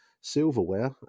silverware